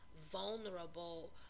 vulnerable